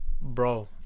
Bro